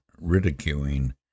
ridiculing